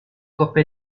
coppa